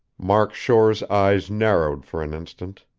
mark shore's eyes narrowed for an instant,